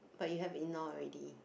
but you have ignore already